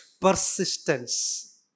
Persistence